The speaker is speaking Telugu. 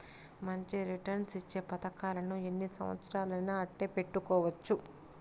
మంచి రిటర్న్స్ ఇచ్చే పతకాలను ఎన్ని సంవచ్చరాలయినా అట్టే పెట్టుకోవచ్చు